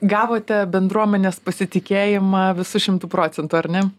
gavote bendruomenės pasitikėjimą visu šimtu procentų ar ne